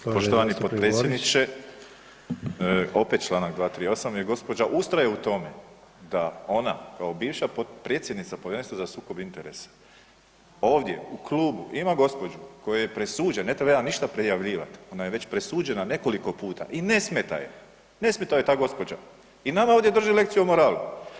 Poštovani potpredsjedniče, opet čl. 238. jer gospođa ustraje u tome da ona kao bivša potpredsjednica Povjerenstva za sukob interesa ovdje u klubu ima gospođu kojoj je presuđen, ne treba ništa prijavljivati, ona je već presuđena nekoliko puta i ne smeta joj, ne smeta joj ta gospođa i nama ovdje drži lekciju o moralu.